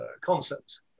concepts